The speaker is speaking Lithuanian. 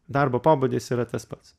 darbo pobūdis yra tas pats